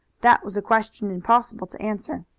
that was a question impossible to answer.